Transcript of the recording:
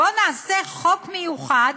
בוא נעשה חוק מיוחד,